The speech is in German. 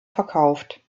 verkauft